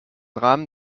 rahmen